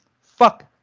fuck